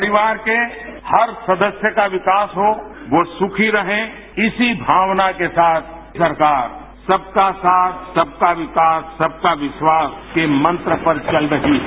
परिवार के हर सदस्य का विकास हो वो सुखी रहे इसी भावना के साथ सरकार सबका साथ सबका विकास सबका विश्वास के मंत्र पर चल रही है